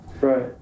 Right